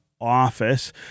office